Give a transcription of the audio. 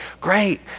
Great